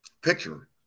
picture